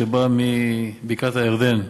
שבא מבקעת-הירדן,